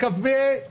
אבל כתוב איכות סביבה.